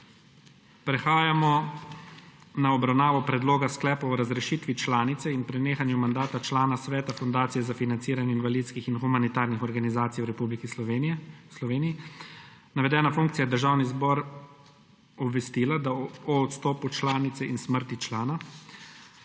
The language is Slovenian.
Prehajamo na obravnavo Predlogov sklepov o razrešitvi članice in prenehanju mandata člana Sveta fundacije za financiranje invalidskih in humanitarnih organizacij v Republiki Sloveniji. Navedena funkcija je Državni zbor obvestila o odstopu članice in smrti člana.